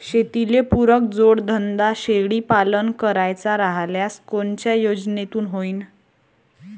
शेतीले पुरक जोडधंदा शेळीपालन करायचा राह्यल्यास कोनच्या योजनेतून होईन?